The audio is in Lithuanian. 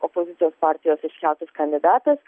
opozicijos partijos iškeltas kandidatas